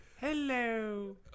Hello